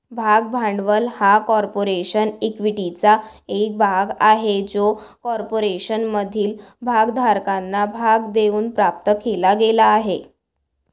भाग भांडवल हा कॉर्पोरेशन इक्विटीचा एक भाग आहे जो कॉर्पोरेशनमधील भागधारकांना भाग देऊन प्राप्त केला गेला आहे